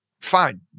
fine